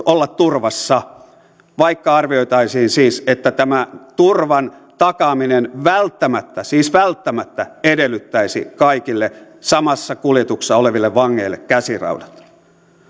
olla turvassa siis vaikka arvioitaisiin että tämä turvan takaaminen välttämättä siis välttämättä edellyttäisi kaikille samassa kuljetuksessa oleville vangeille käsiraudat